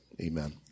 Amen